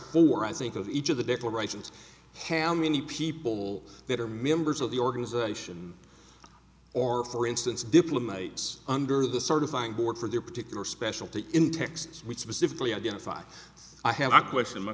four i think of each of the declarations hand many people that are members of the organization or for instance diplomats under the certifying board for their particular specialty in texas which specifically identified i have a question my